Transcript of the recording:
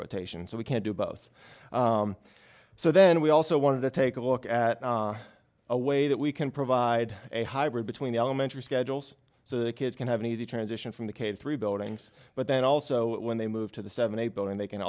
rotation so we can't do both so then we also want to take a look at a way that we can provide a hybrid between elementary schedules so the kids can have an easy transition from the k three buildings but then also when they move to the seven eight building they can